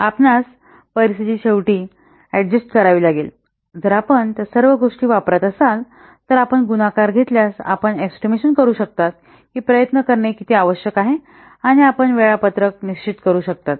आपणास परिस्थिती शेवटी परिस्थिती अडजस्टे करावी लागेल जर आपण त्या सर्व गोष्टी वापरत असाल तर आपण गुणाकार घेतल्यास आपण एस्टिमेशन करू शकता की प्रयत्न करणे किती आवश्यक आहे आणि आपण वेळापत्रक निश्चित करू शकता